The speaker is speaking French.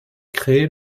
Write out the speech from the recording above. créée